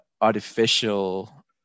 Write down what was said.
artificial